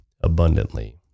abundantly